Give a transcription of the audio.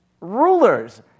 Rulers